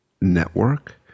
network